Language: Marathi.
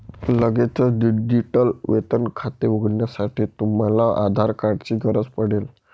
लगेचच डिजिटल वेतन खाते उघडण्यासाठी, तुम्हाला आधार कार्ड ची गरज पडेल